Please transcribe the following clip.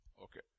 Okay